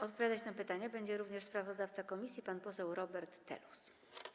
Odpowiadać na pytania będzie również sprawozdawca komisji pan poseł Robert Telus.